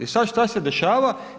I sad šta se dešava?